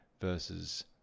versus